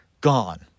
gone